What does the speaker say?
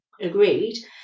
agreed